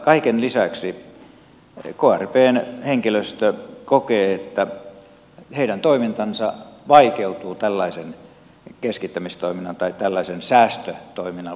kaiken lisäksi krpn henkilöstö kokee että heidän toimintansa vaikeutuu tällaisen säästötoiminnan avulla aivan olennaisesti